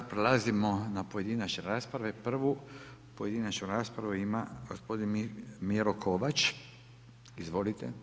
Sad prelazimo na pojedinačne raspravu, prvu pojedinačnu raspravu ima gospodin Miro Kovač, izvolite.